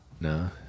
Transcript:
no